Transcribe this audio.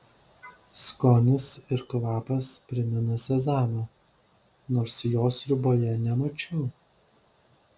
skonis ir kvapas primena sezamą nors jo sriuboje nemačiau